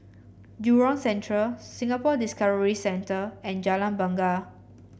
Jurong Central Singapore Discovery Centre and Jalan Bungar